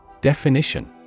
Definition